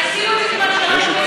עשינו את זה כמעט שנה וחצי,